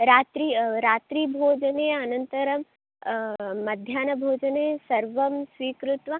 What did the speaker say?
रात्रि रात्रिभोजने अनन्तरं मध्याह्नभोजने सर्वं स्वीकृत्य